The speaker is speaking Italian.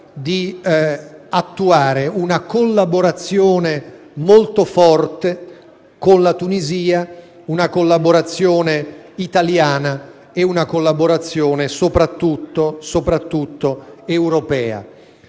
di attuare una collaborazione molto forte con la Tunisia, una collaborazione italiana e soprattutto europea.